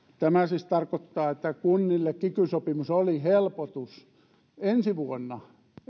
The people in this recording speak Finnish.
tämä siis tarkoittaa että kunnille kiky sopimus oli helpotus ensi vuonna